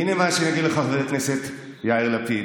הינה מה שנגיד לחבר הכנסת יאיר לפיד: